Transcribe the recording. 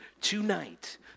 tonight